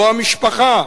או המשפחה.